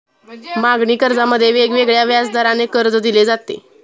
मागणी कर्जामध्ये वेगवेगळ्या व्याजदराने कर्ज दिले जाते